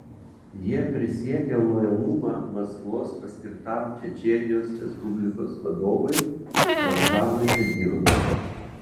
jie prisiekė lojalumą maskvos paskirtam čečėnijos respublikos vadovui ramzanui kadyrovui